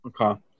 Okay